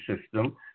system